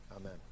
amen